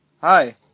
Hi